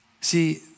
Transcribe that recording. See